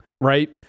Right